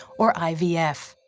or ivf.